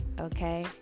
Okay